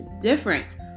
difference